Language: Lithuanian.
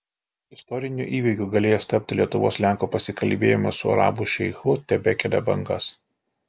istoriniu įvykiu galėjęs tapti lietuvos lenko pasikalbėjimas su arabų šeichu tebekelia bangas